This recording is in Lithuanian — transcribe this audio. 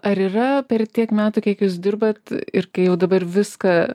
ar yra per tiek metų kiek jūs dirbat ir kai jau dabar viską